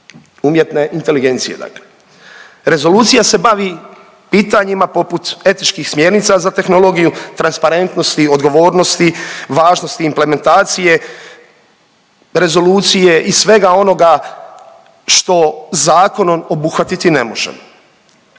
razvoju i primjeni UI, dakle. Rezolucija se bavi pitanjima poput etičkih smjernica za tehnologiju, transparentnosti, odgovornosti, važnosti implementacije rezolucije i svega onoga što zakonom obuhvatiti ne možemo.